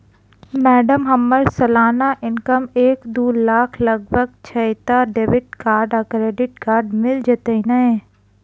Madam हम्मर सलाना income एक दु लाख लगभग छैय तऽ डेबिट कार्ड आ क्रेडिट कार्ड मिल जतैई नै?